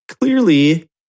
clearly